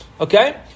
Okay